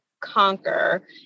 Conquer